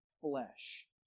flesh